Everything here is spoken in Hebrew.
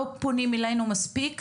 לא פונים אלינו מספיק,